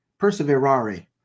perseverare